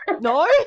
No